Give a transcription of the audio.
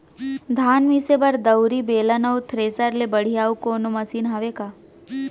धान मिसे बर दउरी, बेलन अऊ थ्रेसर ले बढ़िया अऊ कोनो मशीन हावे का?